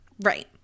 Right